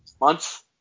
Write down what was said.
months